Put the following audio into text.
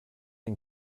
den